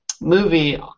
movie